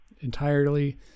entirely